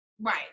right